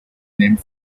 named